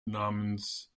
namens